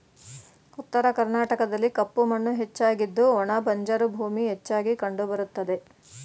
ಉತ್ತರ ಕರ್ನಾಟಕದಲ್ಲಿ ಕಪ್ಪು ಮಣ್ಣು ಹೆಚ್ಚಾಗಿದ್ದು ಒಣ ಬಂಜರು ಭೂಮಿ ಹೆಚ್ಚಾಗಿ ಕಂಡುಬರುತ್ತವೆ